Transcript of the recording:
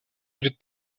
перед